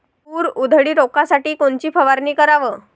तूर उधळी रोखासाठी कोनची फवारनी कराव?